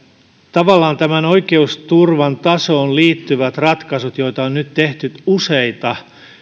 tavallaan oikeusturvan tasoon liittyvät ratkaisut joita on nyt tehty useita